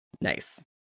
Nice